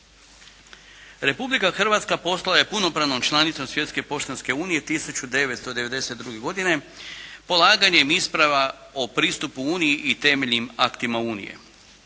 Republika Hrvatska postala je punopravnom članicom Svjetske poštanske unije 1992. godine polaganjem isprava o pristupu Uniji i temeljnim aktima Unije.